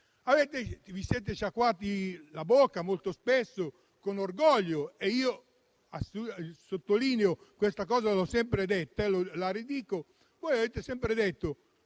Vi siete sciacquati la bocca molto spesso con orgoglio e io sottolineo questa cosa, l'ho sempre detta e la ridico: voi avete sempre detto